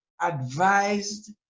advised